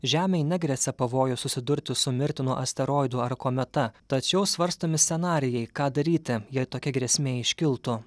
žemei negresia pavojus susidurti su mirtinu asteroidu ar kometa tačiau svarstomi scenarijai ką daryti jei tokia grėsmė iškiltų